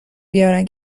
بیارن